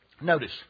Notice